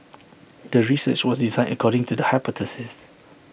the research was designed according to the hypothesis